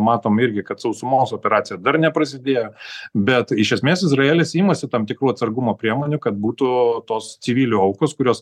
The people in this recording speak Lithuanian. matom irgi kad sausumos operacija dar neprasidėjo bet iš esmės izraelis imasi tam tikrų atsargumo priemonių kad būtų tos civilių aukos kurios